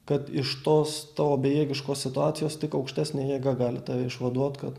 kad iš tos tavo bejėgiškos situacijos tik aukštesnė jėga gali tave išvaduot kad